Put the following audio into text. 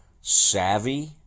savvy